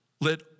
let